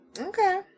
Okay